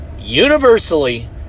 universally